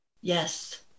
Yes